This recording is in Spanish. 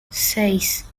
seis